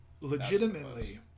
Legitimately